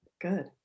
Good